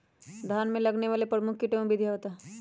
धान में लगने वाले प्रमुख कीट एवं विधियां बताएं?